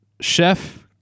Chef